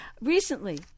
recently